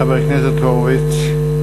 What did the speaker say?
חבר הכנסת הורוביץ.